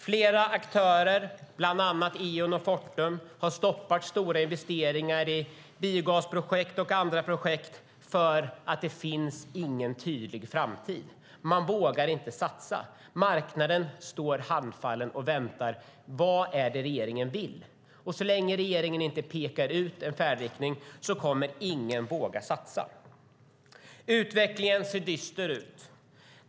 Flera aktörer, bland andra Eon och Fortum, har stoppat stora investeringar i biogasprojekt och andra projekt för att det inte finns någon tydlig framtid. Man vågar inte satsa. Marknaden står handfallen och väntar. Vad är det regeringen vill? Så länge regeringen inte pekar ut en färdriktning kommer ingen att våga satsa. Utvecklingen ser dyster ut.